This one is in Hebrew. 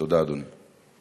תודה, אדוני.